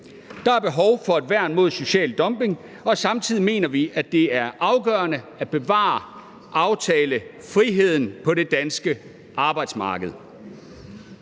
Der er behov for et værn mod social dumping, og samtidig mener vi, at det er afgørende at bevare aftalefriheden på det danske arbejdsmarked.